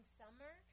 summer